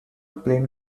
plane